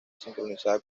sincronizada